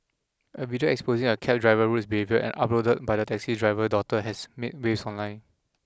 a video exposing a cabdriver rudes behaviour and uploaded by the taxi driver daughter has made waves online